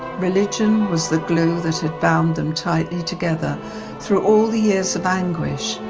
religion was the glue that had bound them tightly together through all the years of anguish.